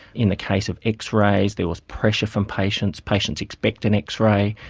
in the case of x-rays there was pressure from patients. patients expect an x-ray.